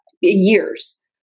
years